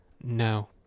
No